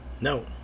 No